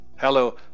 Hello